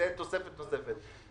זאת תוספת נוספת.